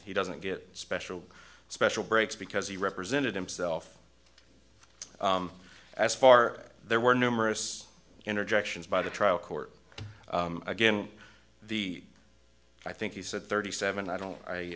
he doesn't get special special breaks because he represented himself as far there were numerous interjections by the trial court again the i think he said thirty seven i don't i